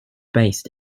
based